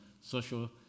social